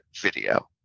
video